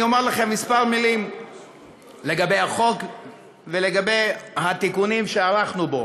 אני אומר לכם כמה מילים לגבי החוק ולגבי התיקונים שערכנו בו,